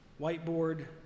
whiteboard